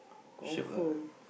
confirm